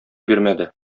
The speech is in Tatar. бирмәде